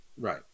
Right